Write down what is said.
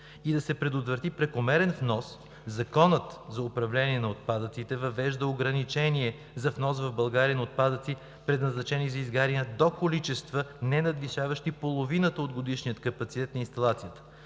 и да се предотврати прекомерен внос Законът за управление на отпадъците въвежда ограничение за внос в България на отпадъци, предназначени за изгаряне, до количества, ненадвишаващи половината от годишния капацитет на инсталацията.